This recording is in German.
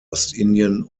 ostindien